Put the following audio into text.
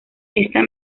esta